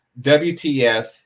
WTF